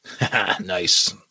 Nice